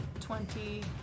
twenty